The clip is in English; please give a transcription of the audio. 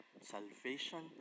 salvation